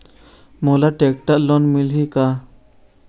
मोला tractor loan मिलही का?